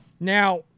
Now